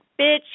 Bitch